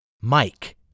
Mike